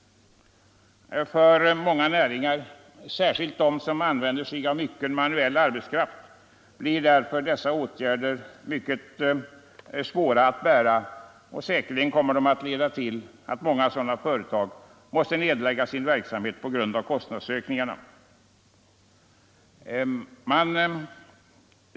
För många näringar — särskilt för dem som använder sig av mycken manuell arbetskraft — blir därför dessa åtgärder mycket svåra att bära och kommer säkerligen att leda fram till att många sådana företag måste lägga ned sin verksamhet på grund av kostnadsökningarna.